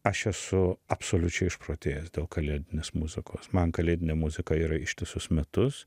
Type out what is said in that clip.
aš esu absoliučiai išprotėjęs dėl kalėdinės muzikos man kalėdinė muzika yra ištisus metus